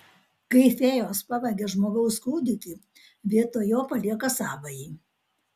kai fėjos pavagia žmogaus kūdikį vietoj jo palieka savąjį